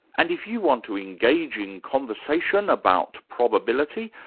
and if you want to engage in conversation about probability,